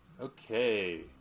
okay